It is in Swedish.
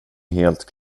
helt